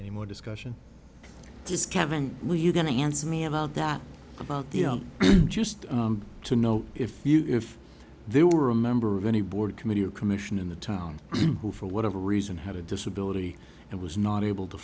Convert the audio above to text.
any more discussion does kevin are you going to answer me about that about the op just to know if you if there were a member of any board committee or commission in the town who for whatever reason had a disability and was not able to